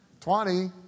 Twenty